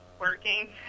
working